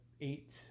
eight